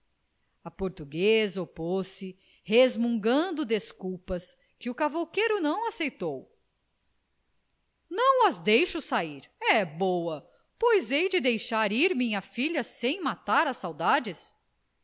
portuguesa opôs-se resmungando desculpas que o cavouqueiro não aceitou não as deixo sair é boa pois hei de deixar ir minha filha sem matar as saudades